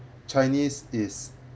chinese is